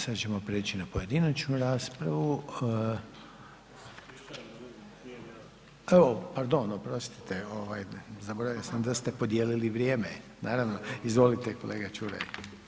Sad ćemo prijeći na pojedinačnu raspravu. … [[Upadica sa strane, ne razumije se.]] Evo, pardon oprostite, zaboravio sam da ste podijelili vrijeme, naravno, izvolite, kolega Čuraj.